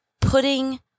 putting